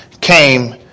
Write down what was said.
came